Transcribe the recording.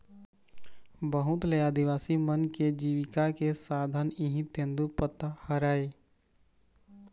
बहुत ले आदिवासी मन के जिविका के साधन इहीं तेंदूपत्ता हरय